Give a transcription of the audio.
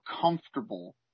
comfortable